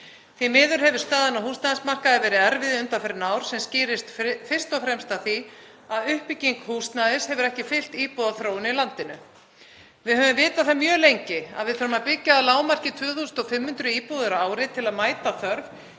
Því miður hefur staðan á húsnæðismarkaði verið erfið undanfarin ár sem skýrist fyrst og fremst af því að uppbygging húsnæðis hefur ekki fylgt íbúaþróun í landinu. Við höfum vitað mjög lengi að við þurfum að byggja að lágmarki 2.500 íbúðir á ári til að mæta þörf